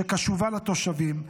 שקשובה לתושבים,